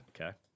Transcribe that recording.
Okay